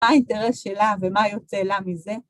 ‫מה האינטרס שלה ומה יוצא לה מזה?